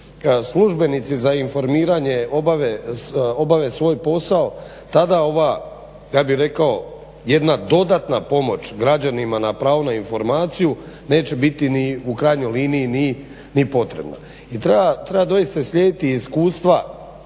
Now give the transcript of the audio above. službenici za informiranje obave svoj posao tada ova ja bih rekao jedna dodatna pomoć građanima na pravo na informaciju neće biti u krajnjoj liniji ni potrebna. I treba doista slijediti iskustva